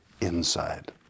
inside